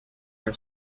are